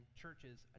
churches